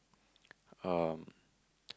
um